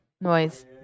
Noise